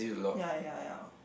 ya ya ya